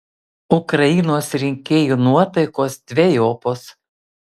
ukrainos rinkėjų nuotaikos dvejopos